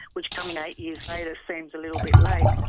which coming eight years later seems a little bit late.